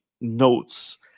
notes